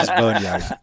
boneyard